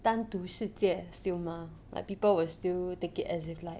单独世界 still mah like people will still take it as if like